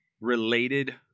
related